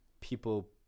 people